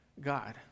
God